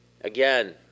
again